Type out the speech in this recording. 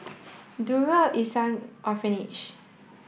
Darul Ihsan Orphanage